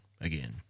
again